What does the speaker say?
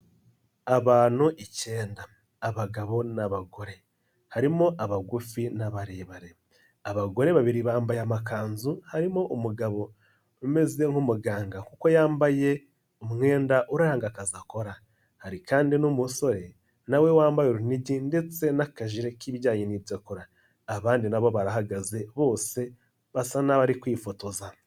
Abantu icyenda, abagabo n'abagore, harimo abagufi n'abarebare, abagore babiri bambaye amakanzu, harimo umugabo umeze nk'umuganga kuko yambaye umwenda uranga akazi akora, hari kandi n'umusore na we wambaye urunigi ndetse n'akajire k'ibijyanye n'ibyo akora, abandi na bo barahagaze bose basa n'abari kwifotoza.